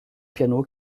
piano